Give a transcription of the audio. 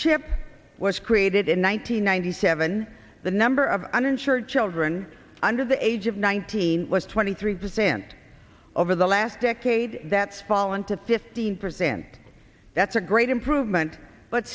chip was created in one thousand nine hundred seven the number of uninsured children under the age of nineteen was twenty three percent over the last decade that's fallen to fifteen percent that's a great improvement but